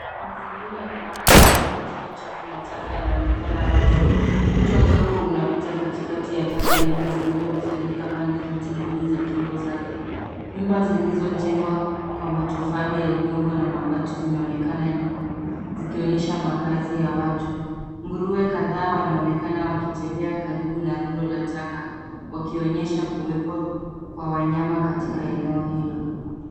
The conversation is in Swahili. Mazingira ya makazi yaliyojaa uchafu wa taka yanaonekana wazi. Mto mdogo unapita katikati ya taka nyingi zilizokusanyika pande zote mbili za kingo zake. Nyumba zilizojengwa kwa matofali ya udongo na mabati zinaonekana nyuma ,zikionyesha makazi ya watu. Nguruwe kadhaa wanaonekana wakitembea karibu na rundo la taka wakionyesha kuwepo kwa wanyama katika eneo hilo.